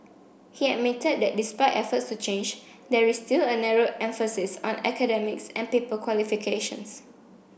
he admitted that despite efforts to change there is still a narrow emphasis on academics and paper qualifications